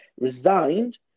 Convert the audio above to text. Resigned